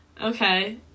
Okay